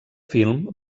film